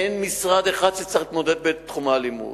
אין משרד אחד שצריך להתמודד בתחום האלימות.